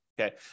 Okay